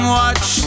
watch